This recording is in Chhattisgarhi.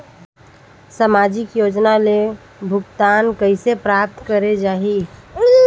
समाजिक योजना ले भुगतान कइसे प्राप्त करे जाहि?